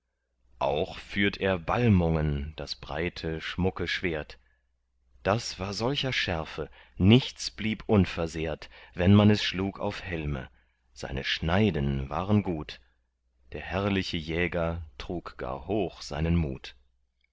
auch führt er balmungen das breite schmucke schwert das war solcher schärfe nichts blieb unversehrt wenn man es schlug auf helme seine schneiden waren gut der herrliche jäger trug gar hoch seinen mut